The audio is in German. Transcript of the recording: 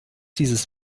dieses